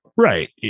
Right